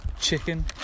Chicken